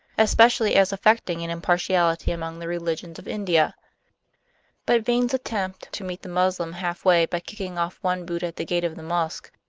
especially as effecting an impartiality among the religions of india but vane's attempt to meet the moslem halfway by kicking off one boot at the gates of the mosque,